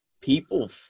People